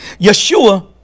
Yeshua